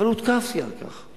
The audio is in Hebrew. אבל הותקפתי על כך.